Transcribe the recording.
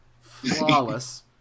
Flawless